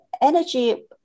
Energy